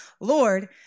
Lord